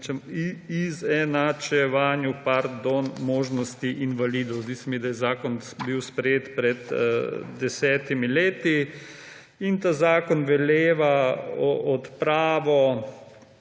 izenačevanju možnosti invalidov. Zdi se mi, da je bil zakon sprejet pred desetimi leti, in ta zakon veleva odpravo